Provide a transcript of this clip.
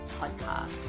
podcast